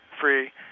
free